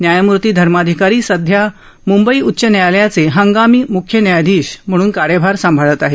न्यायमूर्ती धर्माधिकारी सध्या मुंबई उच्च न्यायालयाचे हंगामी मुख्य न्यायाधीश म्हणून कार्यभार सांभाळत आहेत